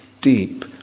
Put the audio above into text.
deep